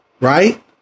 right